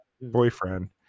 boyfriend